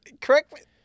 correct